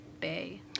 bay